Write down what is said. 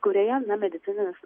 kurioje na medicininis